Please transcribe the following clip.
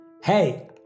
Hey